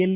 L